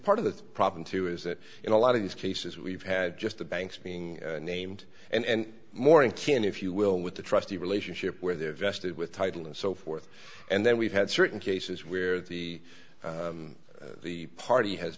part of the problem too is that in a lot of these cases we've had just the banks being named and more in can if you will with the trustee relationship where their vested with title and so forth and then we've had certain cases where the party has